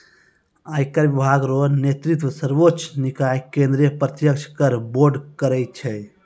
आयकर विभाग रो नेतृत्व सर्वोच्च निकाय केंद्रीय प्रत्यक्ष कर बोर्ड करै छै